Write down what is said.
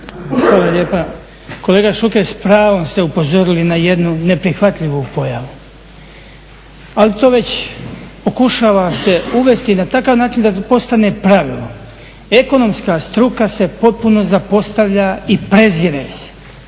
Hvala lijepa. Kolega Šuker s pravom ste upozorili na jednu neprihvatljivu pojavu, ali to već pokušava se uvesti na takav način da postane pravilo. Ekonomska struka se potpuno zapostavlja i prezire se.